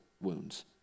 wounds